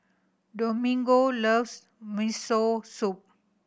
Domingo loves Miso Soup